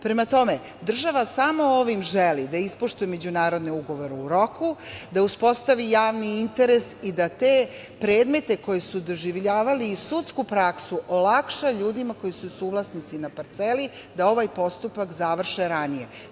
Prema tome, država ovim samo želi da ispoštuje međunarodne ugovore u roku, da uspostavi javni interes i da te predmete koji su doživljavali i sudsku praksu olakša ljudima koji su suvlasnici na parceli da ovaj postupak završe ranije.